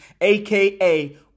aka